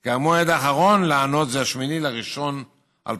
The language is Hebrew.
כי המועד האחרון לענות זה 8 בינואר 2018,